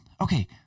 Okay